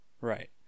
Right